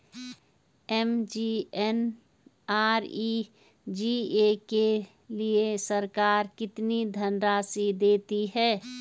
MGNREGA के लिए सरकार कितनी राशि देती है?